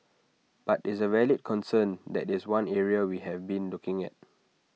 but is A valid concern that is one area we have been looking at